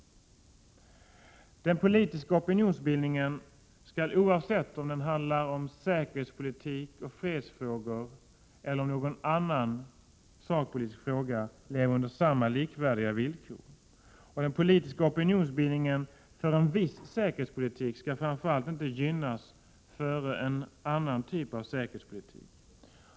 Den politiska opinionsbildningen skall, oavsett om den handlar om säkerhetspolitik och fredsfrågor eller om någon annan sakpolitisk fråga, leva under likvärdiga villkor. Den politiska opinionsbildningen för en viss säkerhetspolitik skall framför allt inte gynnas en annan typ av säkerhetspolitik.